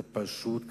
זאת פשוט קטסטרופה.